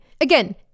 Again